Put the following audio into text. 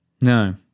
no